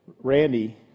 Randy